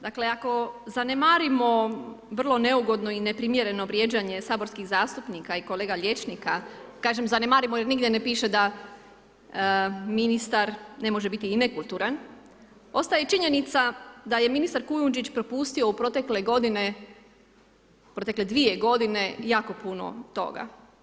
Dakle ako zanemarimo vrlo neugodno i neprimjereno vrijeđanje saborskih zastupnika i kolega liječnika, kažem zanemarimo jer nigdje ne piše da ministar ne možete biti i nekulturan, ostaje činjenica da je ministar Kujundžić propustio u protekle godine, protekle 2 godine jako puno toga.